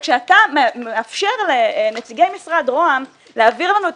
כשאתה מאפשר לנציגי משרד רה"מ להעביר לנו את